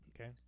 Okay